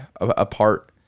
apart